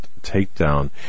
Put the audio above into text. takedown